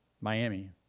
Miami